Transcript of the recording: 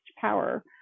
power